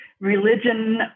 religion